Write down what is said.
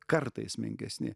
kartais menkesni